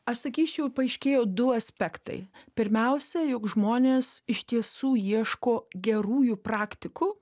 aš sakyčiau paaiškėjo du aspektai pirmiausia jog žmonės iš tiesų ieško gerųjų praktikų